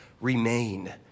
remain